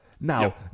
Now